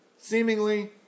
seemingly